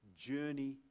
journey